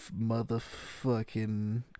Motherfucking